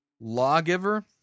lawgiver